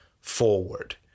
forward